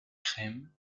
crème